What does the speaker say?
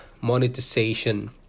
monetization